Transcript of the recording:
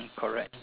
correct